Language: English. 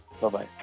Bye-bye